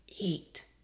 eat